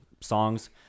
songs